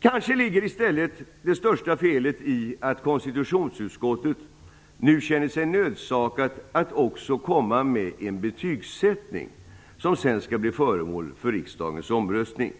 Kanske ligger det största felet i stället i att konstitutionsutskottet nu känner sig nödsakat att också komma med en betygsättning, som sedan skall bli föremål för riksdagens omröstning.